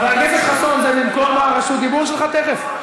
חבר הכנסת חסון, זה במקום רשות הדיבור שלך תכף?